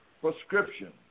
prescription